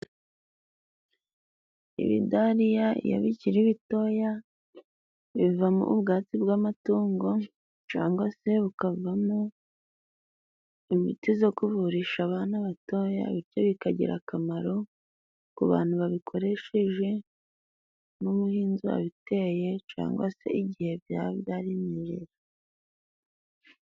Ibidariya iyo bikiri bitoya bivamo ubwatsi bw'amatungo, cyangwa se bikavamo imiti yo kuvurisha abana batoya, bityo bikagira akamaro ku bantu babikoresheje n'umuhinzi wabiteye, cyangwa se igihe byaba byarimejeje.